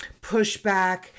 pushback